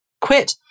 quit